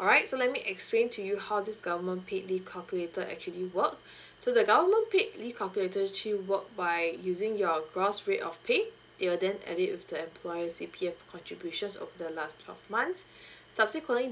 alright so let me explain to you how this government paid leave calculator actually work so the government paid leave calculator actually work by using your gross rate of pay they'll then edit with the employer's E_P_F contributions over the last twelve months subsequently